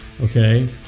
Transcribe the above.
okay